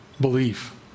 belief